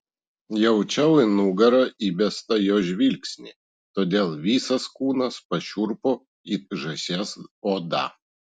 jaučiau į nugarą įbestą jo žvilgsnį todėl visas kūnas pašiurpo it žąsies oda